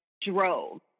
drove